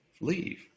leave